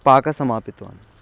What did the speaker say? पाकं समापितवान्